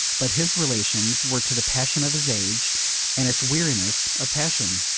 but his relations were to the passion of his age and its weariness of passion.